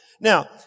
Now